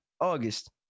August